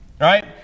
Right